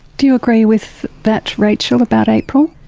do you agree with that, rachel, about april?